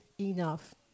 enough